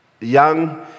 young